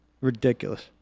Ridiculous